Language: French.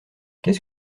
qu’est